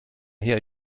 her